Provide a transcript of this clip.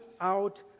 out